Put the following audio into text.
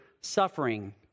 suffering